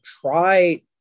try